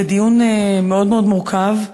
זה דיון מאוד מאוד מורכב.